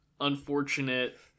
unfortunate